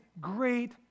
great